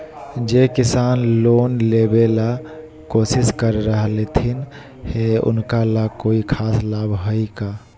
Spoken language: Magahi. जे किसान लोन लेबे ला कोसिस कर रहलथिन हे उनका ला कोई खास लाभ हइ का?